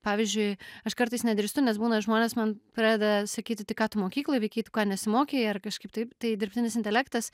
pavyzdžiui aš kartais nedrįstu nes būna žmonės man pradeda sakyti tai ką tu mokykloj veikei tu ką nesimokei ar kažkaip taip tai dirbtinis intelektas